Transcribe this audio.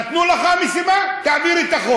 נתנו לך משימה: תעביר את החוק.